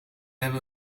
hebben